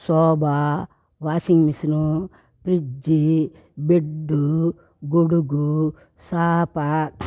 sofa washing machine fridge bed గొడుగు చాప